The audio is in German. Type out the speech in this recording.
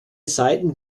seiten